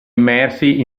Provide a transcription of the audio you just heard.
immersi